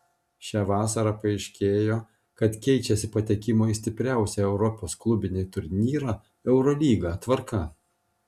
šią vasarą paaiškėjo kad keičiasi patekimo į stipriausią europos klubinį turnyrą eurolygą tvarka